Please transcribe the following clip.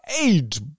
eight